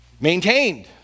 maintained